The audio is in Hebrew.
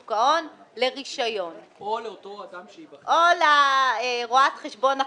השוק ההון לרישיון או לרואת חשבון החרדית,